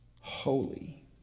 holy